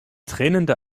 tränende